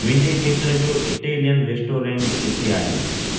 मुंहिंजे खेत्र जो इटैलियन रेस्टोरेंट किथे आहे